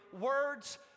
words